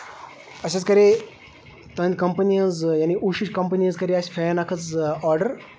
اَسہِ حظ کَرے تُہنٛدِ کَمپنۍ ہٕنٛز یعنے اوٗشا کَمپنۍ ہٕنز کَرے اَسہِ فین اکھ حظ آرڈر